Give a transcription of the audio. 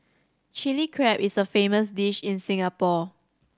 Chilli Crab is a famous dish in Singapore